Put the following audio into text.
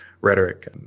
rhetoric